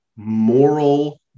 moral